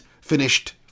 finished